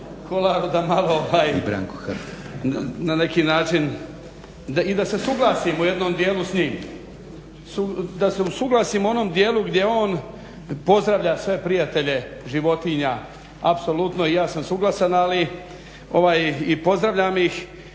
Kolaru da malo na neki način i da se usuglasim u jednom djelu s njim. Da se usuglasim u onom djelu gdje on pozdravlja sve prijatelje životinja, apsolutno i ja sam suglasan ali ovaj i pozdravljam ih